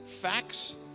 facts